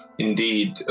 indeed